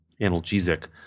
analgesic